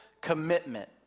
commitment